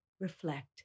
reflect